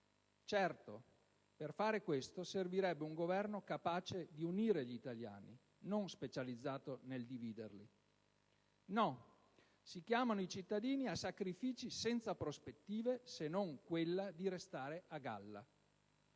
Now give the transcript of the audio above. Certo, per fare questo servirebbe un Governo capace di unire gli italiani, non specializzato nel dividerli. No, si chiamano i cittadini a sacrifici senza alcuna prospettiva, se non quella di restare a galla.